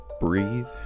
breathe